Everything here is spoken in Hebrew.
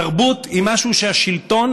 תרבות היא משהו שהשלטון